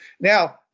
Now